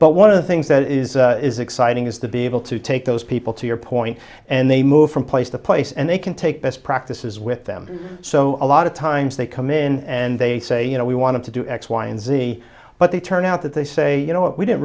but one of the things that is exciting is to be able to take those people to your point and they move from place to place and they can take best practices with them so a lot of times they come in and they say you know we want to do x y and z but they turn out that they say you know what we didn't